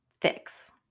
fix